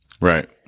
Right